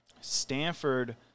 Stanford